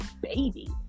baby